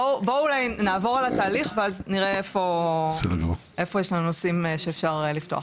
בואו נעבור על התהליך ואז נראה איפה יש נושאים שאפשר לפתוח.